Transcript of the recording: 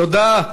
תודה.